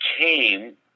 came